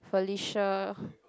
Felicia